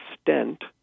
stent